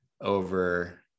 over